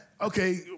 Okay